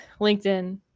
LinkedIn